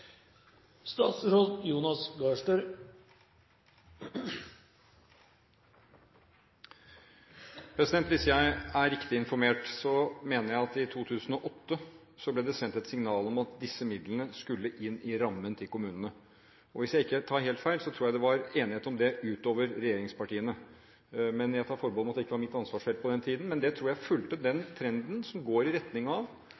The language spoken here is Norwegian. Hvis jeg er riktig informert, mener jeg at det i 2008 ble sendt et signal om at disse midlene skulle inn rammen til kommunene. Og hvis jeg ikke tar helt feil, var det enighet om det utover regjeringspartiene, men jeg tar forbehold om det – det var ikke mitt ansvarsfelt på den tiden. Det tror jeg fulgte den trenden som går i retning av